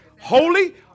Holy